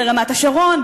ברמת-השרון,